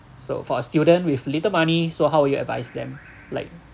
so for a student with little money so how would you advise them like